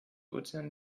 ozean